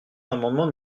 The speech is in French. l’amendement